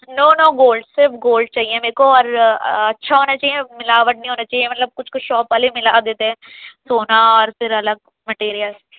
نو no gold صرف gold چاہیے میرے کو اور اچھا ہونا چاہیے ملاوٹ نہیں ہونا چاہیے مطلب کچھ کچھ شاپ والے مِلا دیتے ہیں سونا اور پھر الگ میٹیریل